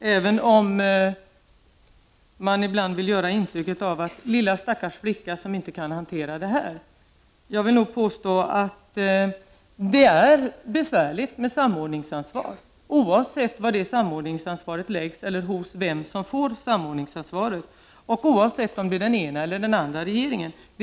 även om man ibland vill ge ett intryck av ”lilla, stackars flicka som inte kan hantera det här”. Jag vill nog påstå att det är besvärligt att ha samordningsansvar oavsett vem som får detta ansvar och oavsett om det är den ena eller den andra regeringen som har det.